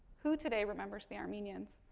who today remembers the armenians?